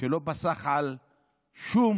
שלא פסח על שום